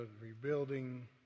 rebuilding